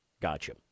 Gotcha